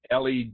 LED